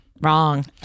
wrong